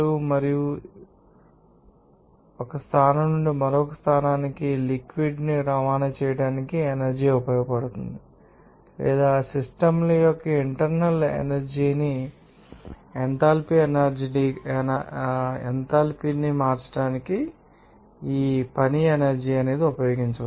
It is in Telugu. మరియు ఇవి మీకు పని తెలుసు ఒక స్థానం నుండి మరొక స్థానానికి లిక్విడ్ ాన్ని రవాణా చేయడానికి ఎనర్జీ ఉపయోగించబడుతుంది లేదా సిస్టమ్ ల యొక్క ఇంటర్నల్ ఎనర్జీ ని లేదా ఎంథాల్పీని మార్చడానికి మీరు ఈ పని ఎనర్జీ ని ఉపయోగించవచ్చు